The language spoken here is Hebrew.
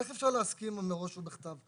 איך אפשר להסכים מראש ובכתב?